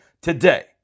today